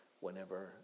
whenever